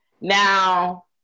Now